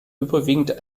überwiegend